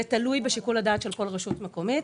זה תלוי בשיקול הדעת של כל רשות מקומית.